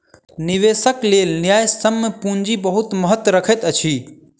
निवेशकक लेल न्यायसम्य पूंजी बहुत महत्त्व रखैत अछि